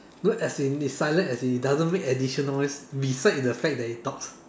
no as in it's silent as in it doesn't make additional noise beside the fact that it talks